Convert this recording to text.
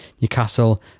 Newcastle